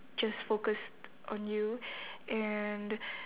just focused on you and